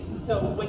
so when